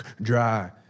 Dry